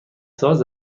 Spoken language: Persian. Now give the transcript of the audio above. ساز